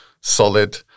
solid